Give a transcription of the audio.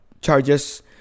charges